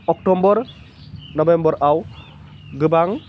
October November आव गोबां